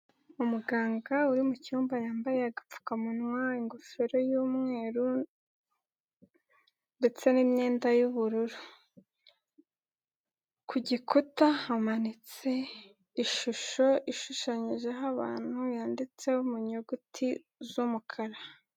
Umuganga uri mu cyumba yambaye agapfukamunwa, ingofero y'umweru ndetse n'imyenda y'ubururu, ku gikuta hamanitse ishusho ishushanyijeho abantu yanditse mu nyuguti z'umukara.